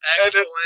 Excellent